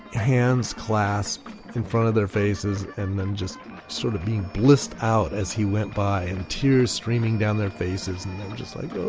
hands clasped in front of their faces, and then just sort of be blissed out as he went by. and tears streaming down their faces and they're just like, oh